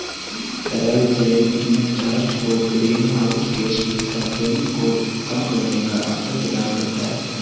तरल जैव ईंधन राष्ट्र को ग्रीनहाउस गैस उत्सर्जन को कम करने का अवसर प्रदान करता है